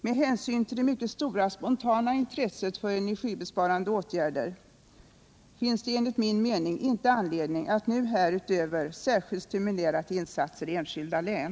Med hänsyn till det mycket stora spontana intresset för energisparande åtgärder finns det enligt min mening inte anledning att nu härutöver särskilt stimulera till insatser i enskilda län.